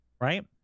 Right